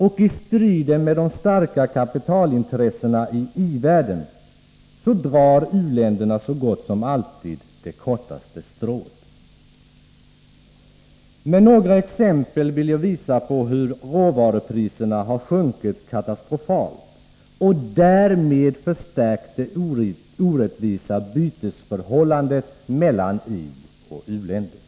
Och i striden med de starka kapitalintressena i i-världen drar u-länderna så gott som alltid det kortaste strået. Med några exempel vill jag visa på hur råvarupriserna har sjunkit katastrofalt och därmed förstärkt det orättvisa bytesförhållandet mellan ioch u-länder.